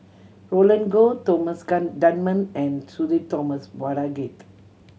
Roland Goh Thomas Dunman and Sudhir Thomas Vadaketh